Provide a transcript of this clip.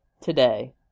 today